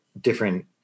different